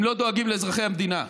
הם לא דואגים לאזרחי המדינה.